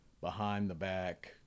behind-the-back